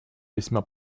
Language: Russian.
весьма